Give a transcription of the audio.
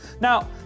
Now